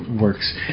works